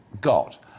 got